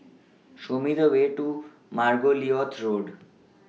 Show Me The Way to Margoliouth Road